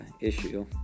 issue